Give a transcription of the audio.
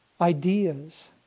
ideas